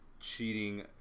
cheating